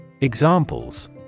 Examples